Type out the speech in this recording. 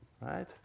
right